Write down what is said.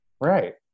Right